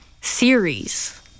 series